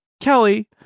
kelly